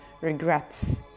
regrets